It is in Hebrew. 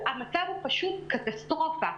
חלק מהילדים אולי יוכלו להגיע שלוש פעמים בשבוע,